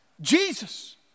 Jesus